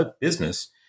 business